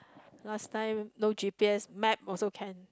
last time no G_P_S map also can